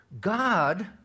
God